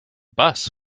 bus